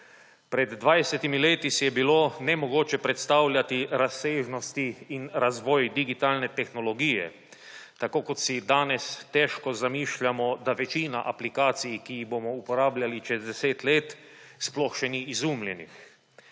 leti si je bilo nemogoče predstavljati razsežnosti in razvoj digitalne tehnologije, tako kot si danes težko zamišljamo, da večina aplikacij, ki jih bomo uporabljali čez deset let, sploh še ni izumljenih.